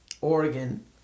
Oregon